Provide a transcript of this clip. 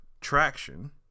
traction